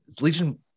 Legion